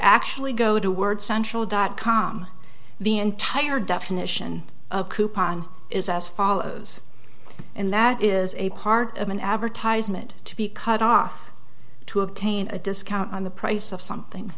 actually go to word central dot com the entire definition of coupon is as follows and that is a part of an advertisement to be cut off to obtain a discount on the price of something